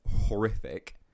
horrific